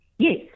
Yes